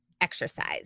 exercise